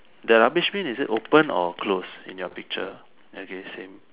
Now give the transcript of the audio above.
the rubbish bin is it open or closed in your picture okay same